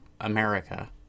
america